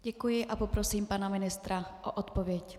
Děkuji a poprosím pana ministra o odpověď.